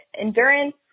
endurance